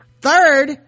third